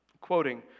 Quoting